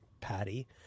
patty